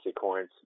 coins